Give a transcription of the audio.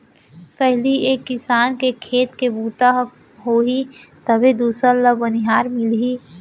पहिली एक किसान के खेत के बूता ह होही तभे दूसर ल बनिहार मिलही